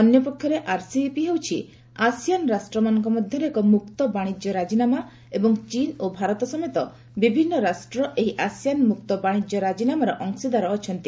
ଅନ୍ୟପକ୍ଷରେ ଆର୍ସିଇପି ହେଉଛି ଆସିଆନ ରାଷ୍ଟ୍ରମାନଙ୍କ ମଧ୍ୟରେ ଏକ ମୁକ୍ତ ବାଣିଜ୍ୟ ରାଜିନାମା ଏବଂ ଚୀନ ଓ ଭାରତ ସମେତ ବିଭିନ୍ନ ରାଷ୍ଟ୍ର ଏହି ଆସିଆନ ମୁକ୍ତ ବାଣିଜ୍ୟ ରାଜିନାମାର ଅଂଶୀଦାର ଅଛନ୍ତି